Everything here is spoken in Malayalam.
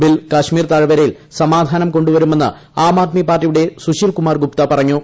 ബിൽ കാശ്മീർ താഴ്വരയിൽ സമാധാനം കൊണ്ടുവരുമെന്ന് ആം ആദ്മി പാർട്ടിയുടെ സുശീൽകുമാർ ഗുപ്ത പറഞ്ഞു